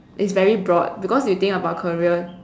is very broad because you think about career